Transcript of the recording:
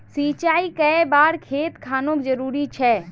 सिंचाई कै बार खेत खानोक जरुरी छै?